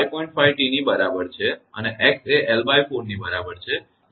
5T ની બરાબર છે અને x એ 𝑙4 ની બરાબર છે